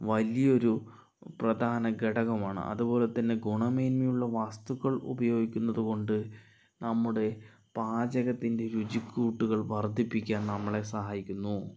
വലിയൊരു പ്രധാന ഘടകമാണ് അതുപോലെത്തന്നെ ഗുണമേന്മയുള്ള വസ്തുക്കൾ ഉപയോഗിക്കുന്നതുകൊണ്ട് നമ്മുടെ പാചകത്തിൻ്റെ രുചിക്കൂട്ടുകൾ വർധിപ്പിക്കാൻ നമ്മളെ സഹായിക്കുന്നു